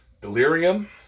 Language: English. Delirium